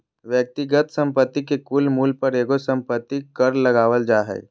व्यक्तिगत संपत्ति के कुल मूल्य पर एगो संपत्ति कर लगावल जा हय